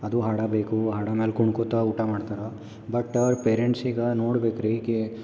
ಅದು ಹಾಡು ಬೇಕು ಹಾಡು ಮೇಲೆ ಕುಣ್ಕೋತ ಊಟ ಮಾಡ್ತಾರೆ ಬಟ್ ಪೇರೆಂಟ್ಸಿಗೆ ನೋಡ್ಬೇಕು ರೀ ಇಕಿ